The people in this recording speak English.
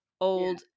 old